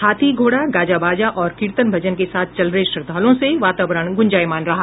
हाथी घोड़ा गाजा बाजा और कीर्तन भजन के साथ चल रहे श्रद्धालुओं से वातावरण गुंजायमान रहा